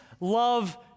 love